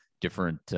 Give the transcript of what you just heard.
different